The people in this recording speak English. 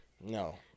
No